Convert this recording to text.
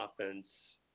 offense